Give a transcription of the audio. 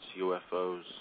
UFOs